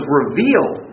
revealed